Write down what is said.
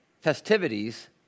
festivities